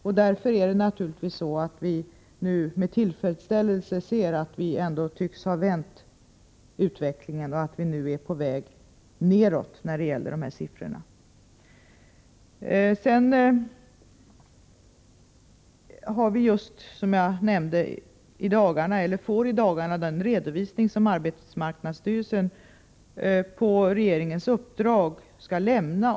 Vi ser därför naturligtvis med tillfredsställelse att vi tycks ha vänt utvecklingen, så att dessa siffror är på väg nedåt. Som jag nämnde får vi just i dagarna den redovisning om långtidsarbetslös heten som arbetsmarknadsstyrelsen på regeringens uppdrag skall lämna.